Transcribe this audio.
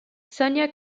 sonia